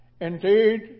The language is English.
Indeed